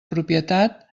propietat